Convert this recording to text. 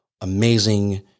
amazing